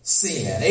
sin